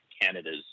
Canada's